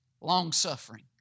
longsuffering